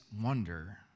wonder